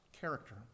character